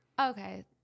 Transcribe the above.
Okay